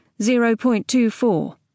0.24